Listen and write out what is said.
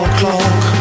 clock